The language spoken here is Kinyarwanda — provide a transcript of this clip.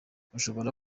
ushobora